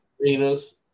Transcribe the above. arena's